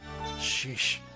Sheesh